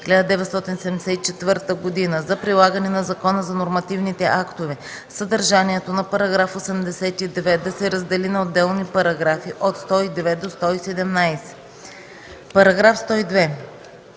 1974 г. за прилагане на Закона за нормативните актове съдържанието на § 82 да се раздели на отделни параграфи – от § 102 до § 117: „§ 102.